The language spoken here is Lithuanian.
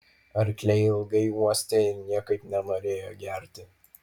arkliai ilgai uostė ir niekaip nenorėjo gerti